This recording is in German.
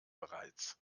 bereits